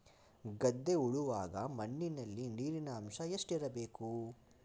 ಗದ್ದೆ ಉಳುವಾಗ ಮಣ್ಣಿನಲ್ಲಿ ನೀರಿನ ಅಂಶ ಎಷ್ಟು ಇರಬೇಕು?